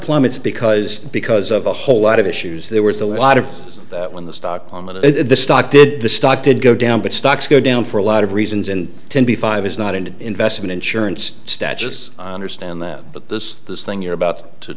plummets because because of a whole lot of issues there was a lot of that when the stock on the stock did the stock did go down but stocks go down for a lot of reasons and twenty five is not an investment insurance status on the stand that but this this thing you're about to